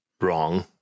wrong